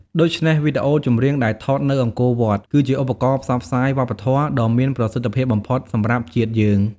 ដូច្នេះ វីដេអូចម្រៀងដែលថតនៅអង្គរវត្ត គឺជាឧបករណ៍ផ្សព្វផ្សាយវប្បធម៌ដ៏មានប្រសិទ្ធភាពបំផុតសម្រាប់ជាតិយើង។